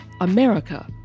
America